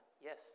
Yes